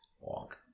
walk